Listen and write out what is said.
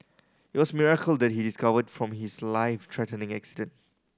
it was miracle that he is covered from his life threatening accident